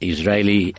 Israeli